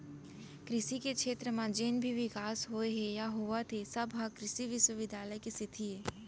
कृसि के छेत्र म जेन भी बिकास होए हे या होवत हे सब ह कृसि बिस्वबिद्यालय के सेती अय